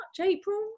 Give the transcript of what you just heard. April